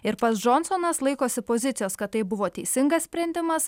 ir pats džonsonas laikosi pozicijos kad tai buvo teisingas sprendimas